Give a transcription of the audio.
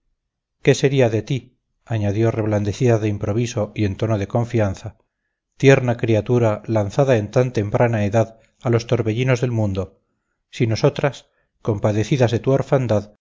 qué sería de ti añadió reblandecida de improviso y en tono de confianza tierna criatura lanzada en tan temprana edad a los torbellinos del mundo si nosotras compadecidas de tu